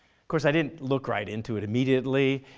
course i didn't look right into it immediately,